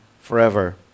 forever